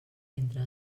entre